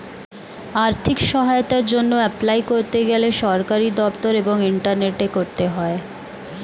আর্থিক সহায়তার জন্যে এপলাই করতে গেলে সরকারি দপ্তর এবং ইন্টারনেটে করতে হয়